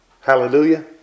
Hallelujah